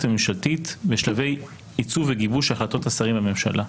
הממשלתית בשלבי עיצוב וגיבוש החלטות השרים בממשלה.